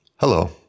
Hello